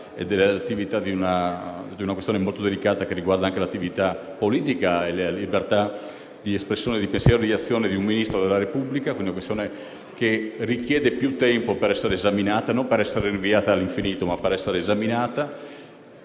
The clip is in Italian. di una questione molto delicata che riguarda l'attività politica e la libertà di espressione, di pensiero e di azione di un Ministro della Repubblica, che richiede più tempo non per essere rinviata all'infinito, ma per essere esaminata.